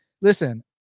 listen